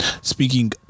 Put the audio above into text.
Speaking